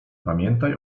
pamiętaj